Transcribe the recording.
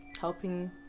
helping